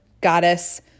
goddess